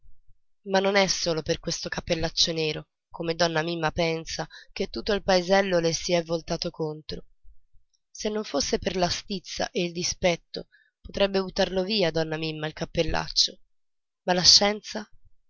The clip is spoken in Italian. ma non è solo per questo cappellaccio nero come donna mimma pensa che tutto il paesello le si è voltato contro se non fosse per la stizza e il dispetto potrebbe buttarlo via donna mimma il cappellaccio ma